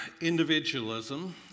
individualism